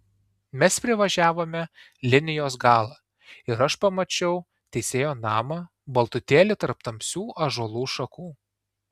mes privažiavome linijos galą ir aš pamačiau teisėjo namą baltutėlį tarp tamsių ąžuolų šakų